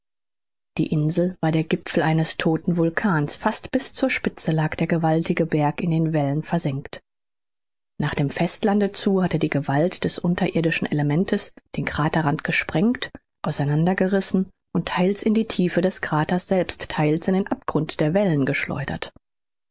die insel war der gipfel eines todten vulkans fast bis zur spitze lag der gewaltige berg in den wellen versenkt nach dem festlande zu hatte die gewalt des unterirdischen elementes den kraterrand gesprengt aus einander gerissen und theils in die tiefe des kraters selbst theils in den abgrund der wellen geschleudert